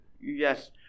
Yes